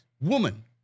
woman